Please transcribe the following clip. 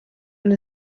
und